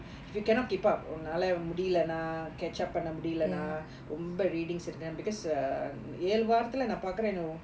if you cannot keep up உன்னால முடியலனா:unnala mudiyalanaa catch up பண்ண முடியலனா ரொம்ப:panna mudiyalanaa romba readings இருக்குனா:irukkunaa because err ஏழு வாரத்துல நா பாக்குறே:yelu vaarathula naa paakurae